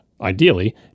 ideally